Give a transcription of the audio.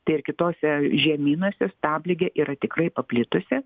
tai ir kitose žemynuose stabligė yra tikrai paplitusi